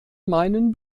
meinen